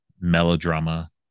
melodrama